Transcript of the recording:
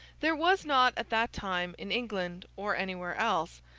there was not at that time, in england or anywhere else,